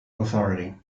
authority